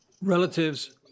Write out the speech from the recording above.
relatives